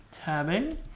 tabbing